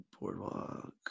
boardwalk